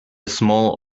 small